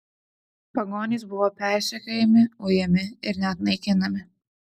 pagonys buvo persekiojami ujami ir net naikinami